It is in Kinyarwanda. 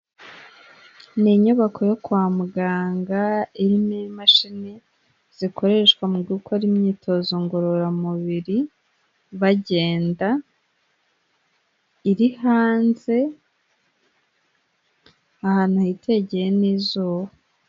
N' inyubako yo kwa muganga irimo imashini zikoreshwa mu gukora imyitozo ngororamubiri bagenda iri hanze ahantu hitegeye n'izuba.